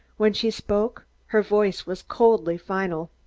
when she spoke her voice was coldly final.